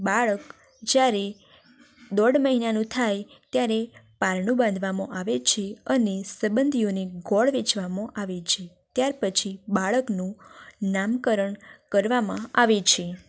બાળક જ્યારે દોઢ મહિનાનું થાય ત્યારે પારણું બાંધવામાં આવે છે અને સંબંધીઓને ગોળ વેચવામાં આવે છે ત્યારપછી બાળકનું નામકરણ કરવામાં આવે છે